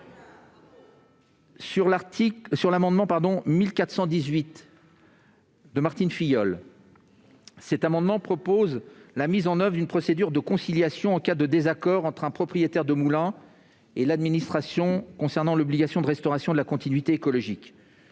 à l'amendement n° 1418 de Martine Filleul, il a pour objet la mise en oeuvre d'une procédure de conciliation en cas de désaccord entre un propriétaire de moulin et l'administration, concernant l'obligation de restauration de la continuité écologique.